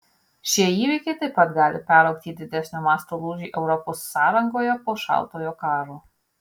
šie įvykiai taip pat gali peraugti į didesnio masto lūžį europos sąrangoje po šaltojo karo